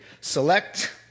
select